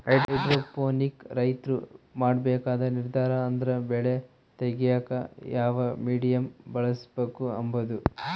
hydroponic ರೈತ್ರು ಮಾಡ್ಬೇಕಾದ ನಿರ್ದಾರ ಅಂದ್ರ ಬೆಳೆ ತೆಗ್ಯೇಕ ಯಾವ ಮೀಡಿಯಮ್ ಬಳುಸ್ಬಕು ಅಂಬದು